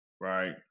right